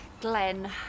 Glenn